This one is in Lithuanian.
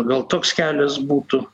gal toks kelias būtų